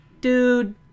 dude